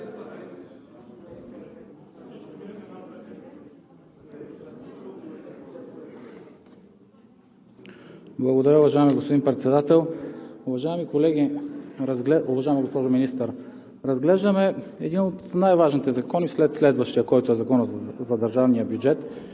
колеги, уважаема госпожо Министър! Разглеждаме един от най-важните закони – след следващия, който е Законът за държавния бюджет.